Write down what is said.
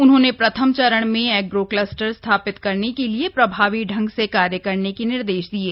उन्होंने प्रथम चरण में एग्रो क्लस्टर स्थापित करने के लिए प्रभावी ढंग से कार्य करने के निर्देश दिये